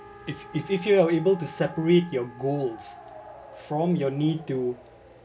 if if if you are able to separate your goals from your need to